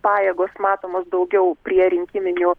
pajėgos matomos daugiau prie rinkiminių